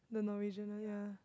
the Norwegian one yeah